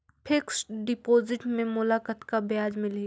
Fixed deposit मे मोला कतका ब्याज मिलही?